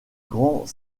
grands